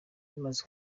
rimaze